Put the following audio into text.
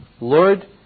Lord